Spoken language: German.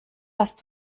hast